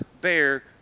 bear